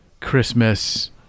Christmas